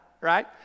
right